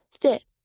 Fifth